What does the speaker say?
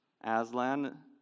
Aslan